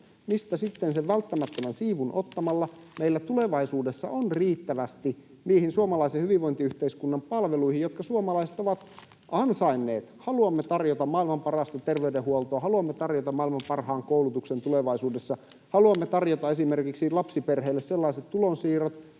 mistä sitten sen välttämättömän siivun ottamalla meillä tulevaisuudessa on riittävästi niihin suomalaisen hyvinvointiyhteiskunnan palveluihin, jotka suomalaiset ovat ansainneet. Haluamme tarjota maailman parasta terveydenhuoltoa, haluamme tarjota maailman parhaan koulutuksen tulevaisuudessa, haluamme tarjota esimerkiksi lapsiperheille sellaiset tulonsiirrot,